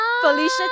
Felicia